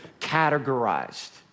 categorized